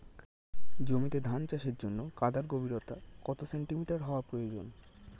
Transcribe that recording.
জমিতে ধান চাষের জন্য কাদার গভীরতা কত সেন্টিমিটার হওয়া প্রয়োজন?